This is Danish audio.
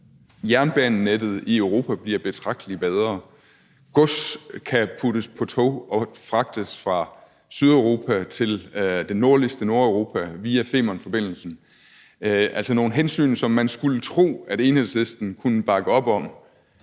jernbanenettet i Europa bliver betragtelig bedre. Gods kan puttes på tog og fragtes fra Sydeuropa til det nordligste Nordeuropa via Femernforbindelsen. Det er altså nogle hensyn, som man skulle tro Enhedslisten kunne bakke op om,